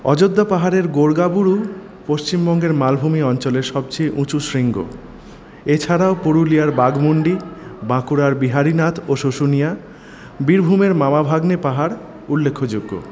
অযোধ্যা পাহাড়ের গোর্গাবুরু পশ্চিমবঙ্গের মালভূমি অঞ্চলের সবচেয়ে উঁচু শৃঙ্গ এছাড়াও পুরুলিয়ার বাগমুন্ডি বাঁকুড়ার বিহারীনাথ ও শুশুনিয়া বীরভূমের মামাভাগ্নে পাহাড় উল্লেখযোগ্য